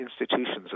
institutions